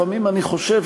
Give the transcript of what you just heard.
לפעמים אני חושב,